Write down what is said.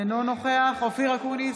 אינו נוכח אופיר אקוניס,